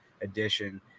Edition